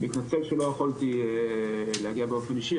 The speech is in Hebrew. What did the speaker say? מתנצל שלא יכולתי להגיע באופן אישי,